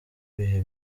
bihe